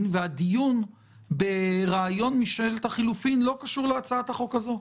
והדיון ברעיון ממשלת החילופים לא קשור להצעת החוק הזאת.